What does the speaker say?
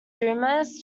dumas